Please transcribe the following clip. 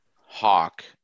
Hawk